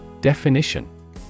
Definition